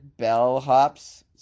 bellhops